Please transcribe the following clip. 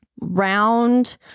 round